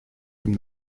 from